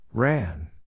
Ran